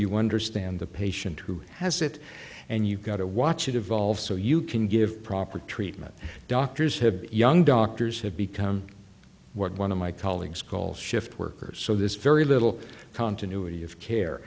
you wonder stand the patient who has it and you've got to watch it evolve so you can give proper treatment doctors have young doctors have become what one of my colleagues calls shift workers so this very little continuity of